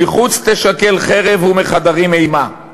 'מחוץ תשכל חרב ומחדרים אימה'.